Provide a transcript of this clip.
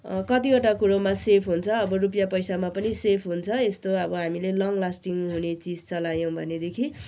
कतिवटा कुरामा सेफ हुन्छ अब रुपियाँ पैसामा पनि सेफ हुन्छ यस्तो हामीले लङ लास्टिङ हुने चिज चलायोैं भने देखि